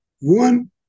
One